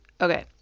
Okay